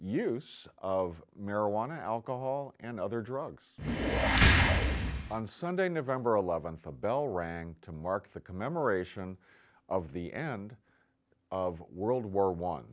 use of marijuana alcohol and other drugs on sunday november th a bell rang to mark the commemoration of the end of world war one